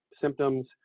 symptoms